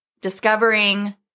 discovering